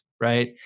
right